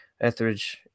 Etheridge